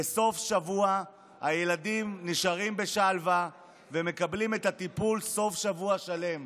בסוף השבוע הילדים נשארים בשלוה ומקבלים את הטיפול סוף שבוע שלם.